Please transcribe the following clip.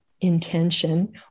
intention